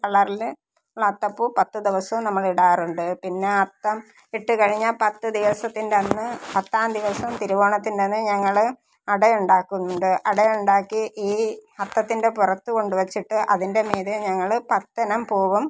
പത്ത് കളറിൽ ഉള്ള അത്തപ്പൂ പത്ത് ദിവസവും നമ്മൾ ഇടാറുണ്ട് പിന്നെ അത്തം ഇട്ടു കഴിഞ്ഞാൽ പത്ത് ദിവസത്തിന്റന്ന് പത്താം ദിവസം തിരുവോണത്തിന്റന്ന് ഞങ്ങൾ അട ഉണ്ടാക്കുന്നുണ്ട് അട ഉണ്ടാക്കി ഈ അത്തത്തിന്റെ പുറത്ത് കൊണ്ട് വെച്ചിട്ട് അതിൻ്റെ മീതെ ഞങ്ങൾ പത്തിനം പൂവും